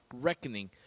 Reckoning